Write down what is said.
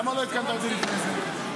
למה לא עדכנת אותי לפני זה?